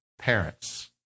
parents